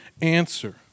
answer